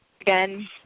Again